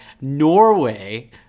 Norway